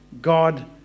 God